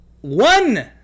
One